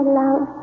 love